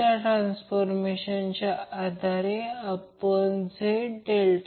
त्याचप्रमाणे Vabcn म्हणून Van Vbn Vcn म्हणून इथेही हे Vcn आहे